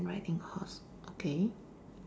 riding horse okay